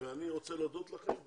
ואני רוצה להודות לכם,